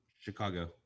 Chicago